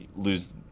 lose